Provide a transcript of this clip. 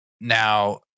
Now